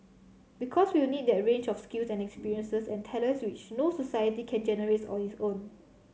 because we'll need that range of skills and experiences and talents which no society can generate on its own